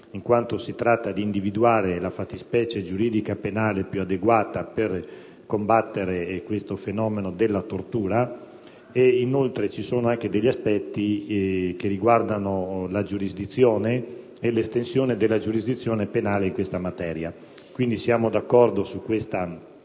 in quanto si tratta di individuare la fattispecie giuridica penale più adeguata per combattere il fenomeno della tortura. Vi sono inoltre aspetti che riguardano la giurisdizione, e l'estensione della giurisdizione penale in questa materia. Quindi, siamo d'accordo in merito